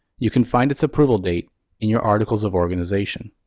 you can find its approval date in your articles of organization.